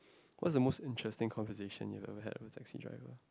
what's the most interesting conversation you ever had with a taxi driver